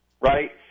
right